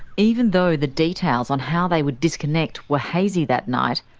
even though the details on how they would disconnect were hazy that night,